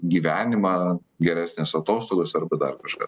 gyvenimą geresnės atostogos arba dar kažką